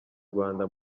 rwanda